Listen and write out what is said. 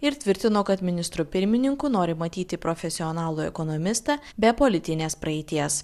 ir tvirtino kad ministru pirmininku nori matyti profesionalų ekonomistą be politinės praeities